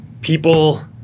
people